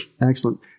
Excellent